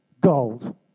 gold